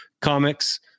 comics